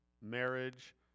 marriage